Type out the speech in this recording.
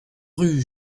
rue